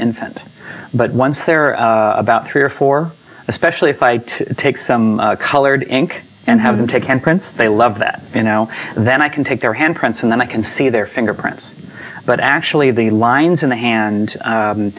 infant but once there are about three or four especially if i take some colored ink and have them take hand prints they love that you know then i can take their hand prints and then i can see their fingerprints but actually the lines in the hand